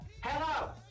Hello